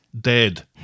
dead